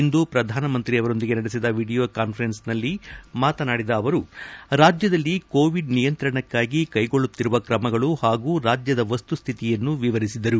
ಇಂದು ಪ್ರಧಾನಮಂತ್ರಿ ಅವರೊಂದಿಗೆ ನಡೆಸಿದ ವೀಡಿಯೋ ಕಾನ್ವರೆನ್ಸ್ನಲ್ಲಿ ಮಾತನಾಡಿದ ಅವರು ರಾಜ್ಯದಲ್ಲಿ ಕೋವಿಡ್ ನಿಯಂತ್ರಣಕ್ಕಾಗಿ ಕೈಗೊಳ್ಳುತ್ತಿರುವ ಕ್ರಮಗಳು ಹಾಗೂ ರಾಜ್ಯದ ವಸ್ತುಸ್ದಿತಿಯನ್ನು ವಿವರಿಸಿದರು